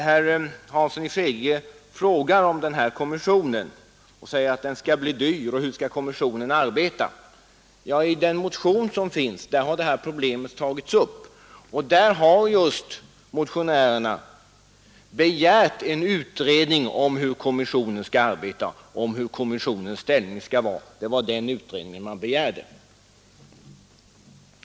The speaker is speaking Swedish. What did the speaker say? Herr Hansson i Skegrie trodde att den svenska kommissionen för Östersjön skulle bli dyr, och han undrade hur den skulle arbeta. I motionen har det problemet tagits upp, och motionärerna har begärt en utredning just om hur kommissionen skall arbeta och vilken ställning den skall ha.